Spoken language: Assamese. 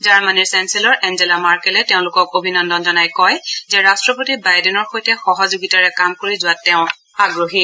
জাৰ্মনীৰ চেঞ্চেলৰ এঞ্জেলা মাৰ্কেলে তেওঁলোকক অভিনন্দন জনাই কয় যে ৰট্টপতি বাইডেনৰ সৈতে সহযোগিতাৰে কাম কৰি যোৱাত তেওঁ আগ্ৰহী